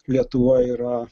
lietuva yra